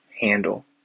handle